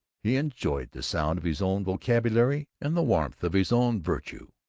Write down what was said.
he enjoyed the sound of his own vocabulary and the warmth of his own virtue.